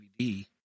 DVD